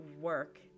work